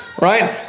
right